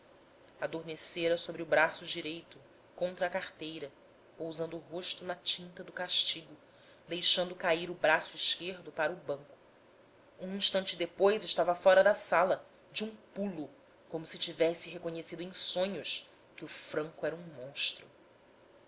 adormecera sobre o braço direito contra a carteira pousando o rosto na tinta do castigo deixando cair o braço esquerdo para o banco um instante depois estava fora da sala de um pulo como se tivesse reconhecido em sonhos que o franco era um monstro